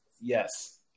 Yes